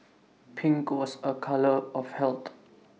pink was A colour of health